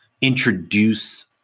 introduce